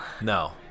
No